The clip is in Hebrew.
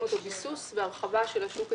אותו כביסוס והרחבה של השוק הציבורי.